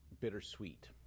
bittersweet